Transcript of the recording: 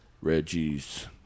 Reggie's